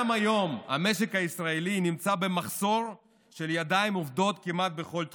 גם היום המשק הישראלי נמצא במחסור של ידיים עובדות כמעט בכל תחום.